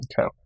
Okay